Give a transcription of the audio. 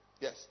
Yes